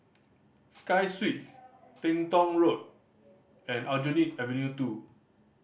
Sky Suites Teng Tong Road and Aljunied Avenue Two